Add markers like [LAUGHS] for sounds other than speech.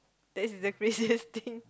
that is the craziest thing [LAUGHS]